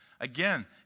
Again